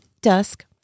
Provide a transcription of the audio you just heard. Dusk